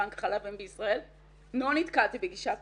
בנק חלב אם בישראל ולא נתקלתי בגישה כזאת.